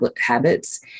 habits